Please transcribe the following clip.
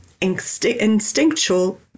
instinctual